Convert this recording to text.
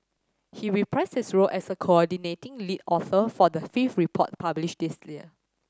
he reprised his role as a coordinating lead author for the fifth report published this year